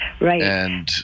Right